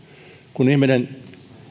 kun ihminen